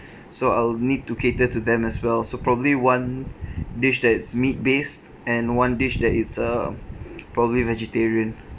so I'll need to cater to them as well so probably one dish that is meat-based and one dish that it's uh probably vegetarian